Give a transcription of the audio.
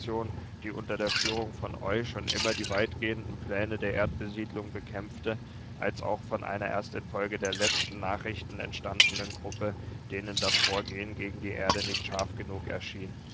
die unter der führung von eu schon immer die weitgehenden pläne der erdbesiedelung bekämpfte als auch von einer erst infolge der letzten nachrichten entstandenen gruppe denen das vorgehen gegen die erde nicht scharf genug erschien